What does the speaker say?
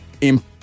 imp